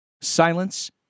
Silence